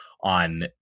on